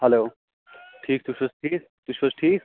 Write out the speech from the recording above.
hello ٹھیٖک تُہۍ چھُو حظ ٹھیٖک تُہۍ چھُو حظ ٹھیٖک